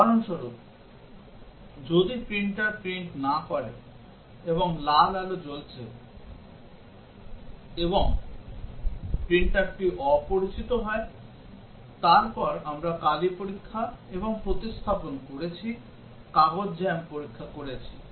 উদাহরণস্বরূপ যদি printer print না করে এবং লাল আলো জ্বলছে এবং প্রিন্টারটি অপরিচিত হয় তারপর আমরা কালি পরীক্ষা এবং প্রতিস্থাপন করেছি কাগজ জ্যাম পরীক্ষা করেছি